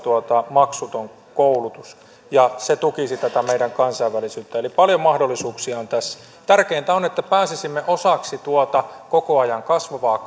maksuton koulutus ja se tukisi tätä meidän kansainvälisyyttämme eli paljon mahdollisuuksia on tässä tärkeintä on että pääsisimme osaksi tuota koko ajan kasvavaa